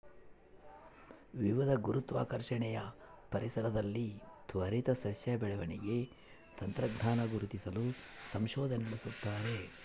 ವಿವಿಧ ಗುರುತ್ವಾಕರ್ಷಣೆಯ ಪರಿಸರದಲ್ಲಿ ತ್ವರಿತ ಸಸ್ಯ ಬೆಳವಣಿಗೆ ತಂತ್ರಜ್ಞಾನ ಗುರುತಿಸಲು ಸಂಶೋಧನೆ ನಡೆಸ್ತಾರೆ